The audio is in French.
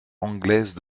anglaises